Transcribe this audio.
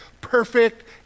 Perfect